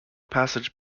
passage